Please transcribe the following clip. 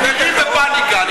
אתם נראים בפניקה.